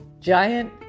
giant